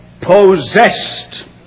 possessed